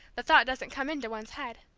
the thought doesn't come into one's head.